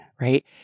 right